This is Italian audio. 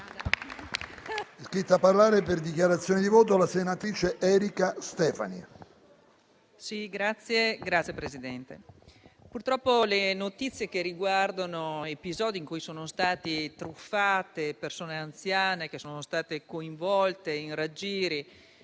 purtroppo, le notizie che riguardano episodi in cui sono state truffate persone anziane, coinvolte in raggiri